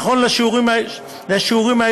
נכון לשיעורים היום,